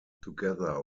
together